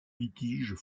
litiges